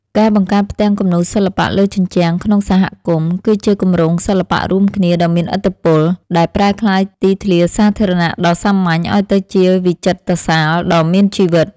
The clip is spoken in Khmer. ការបង្កើតផ្ទាំងគំនូរសិល្បៈលើជញ្ជាំងក្នុងសហគមន៍ គឺជាគម្រោងសិល្បៈរួមគ្នាដ៏មានឥទ្ធិពល ដែលប្រែក្លាយទីធ្លាសាធារណៈដ៏សាមញ្ញឱ្យទៅជាវិចិត្រសាលដ៏មានជីវិត។